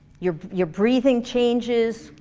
your your breathing changes.